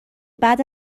بعد